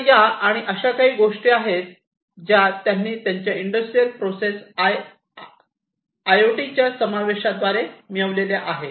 तर या अशा काही गोष्टी आहेत ज्या त्यांनी त्यांच्या इंडस्ट्रियल प्रोसेस आयओटीच्या समावेशाद्वारे मिळविल्या आहेत